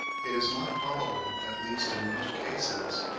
it is not probable, at least in most cases,